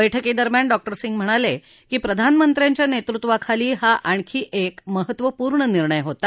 बैठकीदरम्यान डॉक्टर सिंग म्हणाले की प्रधानमंत्र्यांच्या नेतृत्वाखाली हा आणखी एक महत्त्वपूर्ण निर्णय होता